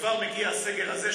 וכבר מגיע הסגר הזה,